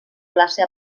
classe